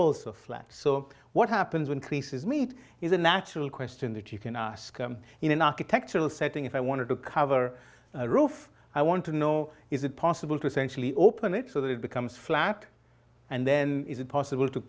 also flat so what happens when creases meet is a natural question that you can ask them in an architectural setting if i want to cover a roof i want to know is it possible to essentially open it so that it becomes flat and then is it possible to